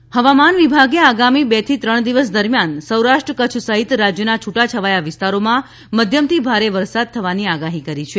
વરસાદ હવામાન વિભાગે આગામી બે થી ત્રણ દિવસ દરમિયાન સૌરાષ્ટ્ર કચ્છ સહિત રાજ્યના છુટા છવાયા વિસ્તારોમાં મધ્યમથી ભારે વરસાદ થવાની આગાહી કરી છે